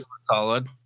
solid